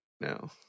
No